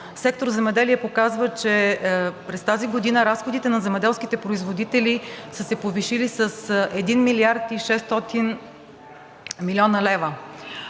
сектор „Земеделие“ показва, че през тази година разходите на земеделските производители са се повишили с 1 млрд. 600 млн. лв.